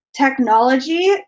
technology